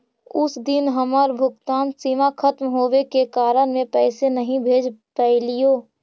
उस दिन हमर भुगतान सीमा खत्म होवे के कारण में पैसे नहीं भेज पैलीओ